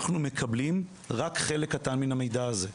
אנחנו מקבלים רק חלק קטן מן המידע הזה.